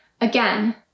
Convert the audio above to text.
Again